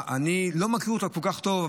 אני לא מכיר אותה כל כך טוב,